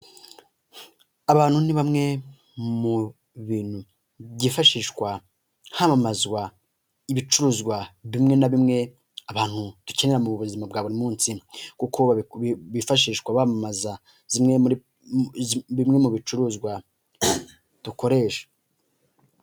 Abantu ni bamwe mu bintu byifashishwa hamamazwa ibicuruzwa bimwe na bimwe, abantu dukenera mu buzima bwa buri munsi, kuko bifashishwa bamamaza bimwe mu bicuruzwa dukoresha.